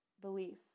belief